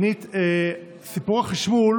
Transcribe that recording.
שנית, סיפור החשמול